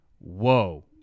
whoa